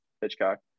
Hitchcock